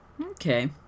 okay